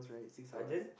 sergeant